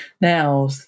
Now